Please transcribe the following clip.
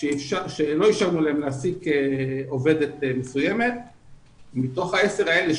שלא אישרנו להן להעסיק עובדת מסוימת ומתוך ה-10 האלה,